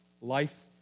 life